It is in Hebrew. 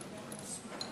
שלוש דקות